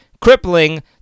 crippling